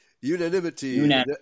Unanimity